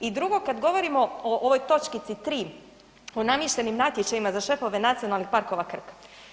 I drugo kad govorimo o ovoj točkici 3. o namještenim natječajima za šefove Nacionalnih parkova Krka.